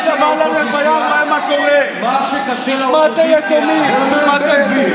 היית בא להלוויה, רואה מה קורה, יתומים, יתומים.